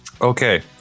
okay